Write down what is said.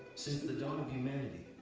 since the dawn of humanity,